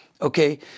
okay